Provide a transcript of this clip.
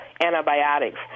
antibiotics